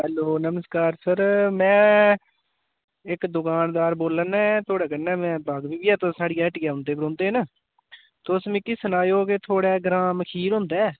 hello नमस्कार sir में इक दुकानदार बोल्ला ना थुआढ़े कन्नै में बाकफी ऐ तुस साढ़िया हट्टिया औंदे बी रौंह्दे न तुस मिकी सनाएओ कि थुआढ़े ग्रांऽ मखीर होंदा ऐ